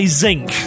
zinc